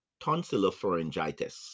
Tonsillopharyngitis